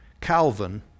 Calvin